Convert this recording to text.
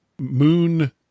moon